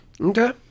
Okay